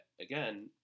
again